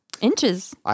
Inches